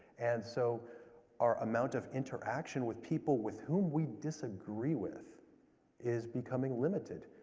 and so our amount of interaction with people with whom we disagree with is becoming limited,